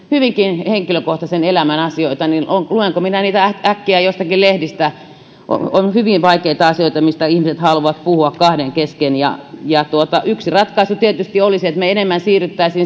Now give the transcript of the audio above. hyvinkin henkilökohtaisen elämän asioita niin siinä jos on hyvät kuuntelulaitteet niin luenko minä niitä äkkiä joistakin lehdistä on hyvin vaikeita asioita mistä ihmiset haluavat puhua kahden kesken yksi ratkaisu tietysti olisi että me enemmän siirtyisimme